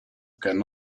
can